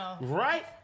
right